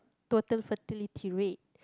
total fertility rate